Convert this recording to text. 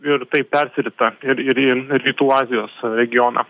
ir taip persirita ir ir į rytų azijos regioną